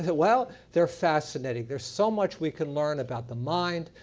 ah well, they're fascinating. there's so much we can learn about the mind,